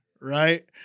right